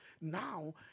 Now